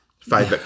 Five